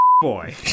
boy